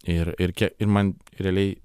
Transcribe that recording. ir ir ir man realiai